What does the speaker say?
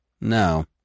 No